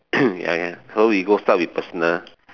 ya ya can so we go start with personal